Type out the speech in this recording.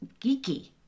geeky